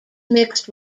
mixed